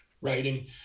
writing